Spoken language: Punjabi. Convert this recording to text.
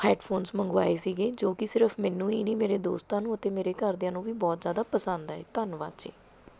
ਹੈੱਡਫੋਨਜ਼ ਮੰਗਵਾਏ ਸੀਗੇ ਜੋ ਕਿ ਸਿਰਫ ਮੈਨੂੰ ਹੀ ਨਹੀਂ ਮੇਰੇ ਦੋਸਤਾਂ ਨੂੰ ਅਤੇ ਮੇਰੇ ਘਰਦਿਆਂ ਨੂੰ ਵੀ ਬਹੁਤ ਜ਼ਿਆਦਾ ਪਸੰਦ ਆਏ ਧੰਨਵਾਦ ਜੀ